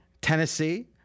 Tennessee